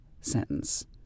sentence